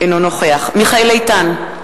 אינו נוכח מיכאל איתן,